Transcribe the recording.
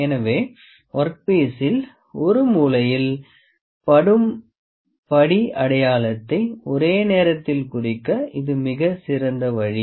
எனவே ஒர்க்பீசில் ஒரு மூலையில் படும் படி அடையாளத்தை ஒரே நேரத்தில் குறிக்க இது மிகச் சிறந்த வழி